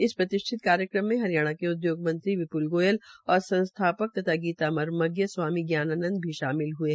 इस प्रतिष्ठित कार्यक्रम में हरियाणा के उद्योग मंत्री विप्ल गोयल और संस्थापक तथा गीता ममर्ज स्वामी ज्ञानानंद भी शामिल हये